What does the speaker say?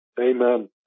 Amen